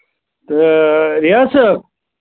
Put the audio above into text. تہٕ رِیاض صٲب